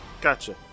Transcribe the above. Gotcha